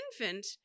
infant